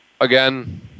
again